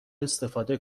استفاده